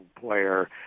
player